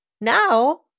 now